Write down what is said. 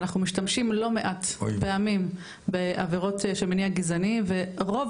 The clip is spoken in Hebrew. אנחנו משתמשים לא מעט פעמים בעבירות שמניע גזעני ורוב